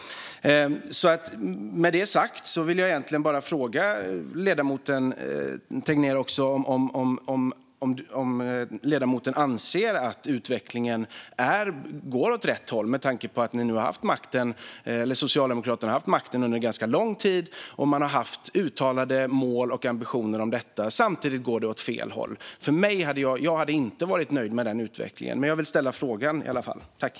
Med detta sagt vill jag fråga ledamoten Tegnér om han anser att utvecklingen går åt rätt håll. Socialdemokraterna har nu haft makten under ganska lång tid, och man har haft uttalade mål och ambitioner om detta. Samtidigt går det åt fel håll. Jag hade inte varit nöjd med den utvecklingen, men jag vill i alla fall ställa frågan.